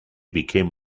became